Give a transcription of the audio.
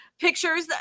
pictures